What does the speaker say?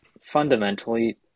fundamentally